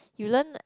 you learn